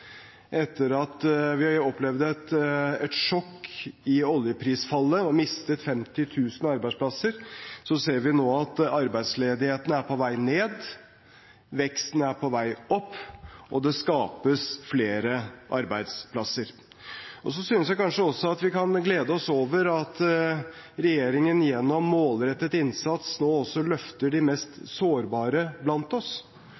Etter at vi opplevde et sjokk i oljeprisfallet og mistet 50 000 arbeidsplasser, ser vi nå at arbeidsledigheten er på vei ned, veksten er på vei opp, og det skapes flere arbeidsplasser. Jeg synes også vi kan glede oss over at regjeringen gjennom målrettet innsats nå også løfter de mest sårbare blant oss.